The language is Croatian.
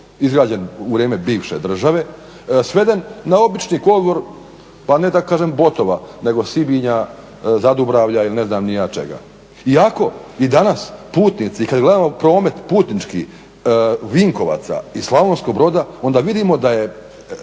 izgrađen u vrijeme bivše države, sveden na obični kolodvor pa ne da kažem Botova, nego Sibinja, Zadubravlja ili ne znam ni ja čega. Iako i danas putnici kada gledamo promet putnički Vinkovaca i Slavonskog Broda onda vidimo broj